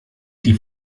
die